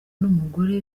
n’umugore